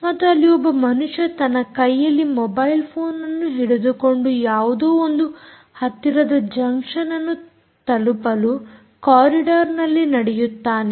ಮತ್ತು ಅಲ್ಲಿ ಒಬ್ಬ ಮನುಷ್ಯ ತನ್ನ ಕೈಯಲ್ಲಿ ಮೊಬೈಲ್ ಫೋನ್ ಅನ್ನು ಹಿಡಿದುಕೊಂಡು ಯಾವುದೋ ಒಂದು ಹತ್ತಿರದ ಜಂಕ್ಷನ್ ಅನ್ನು ತಲುಪಲು ಕಾರಿಡಾರ್ನಲ್ಲಿ ನಡೆಯುತ್ತಾನೆ